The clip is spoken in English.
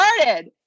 started